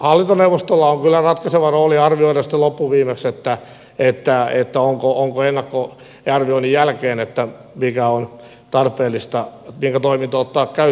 hallintoneuvostolla oleva sisävalo oli arvioidusta loppujen on kyllä ratkaiseva rooli arvioida sitten loppuviimeksi ennakkoarvioinnin jälkeen mikä toiminto on tarpeellista ottaa käyttöön mikä ei